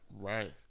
Right